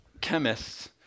chemists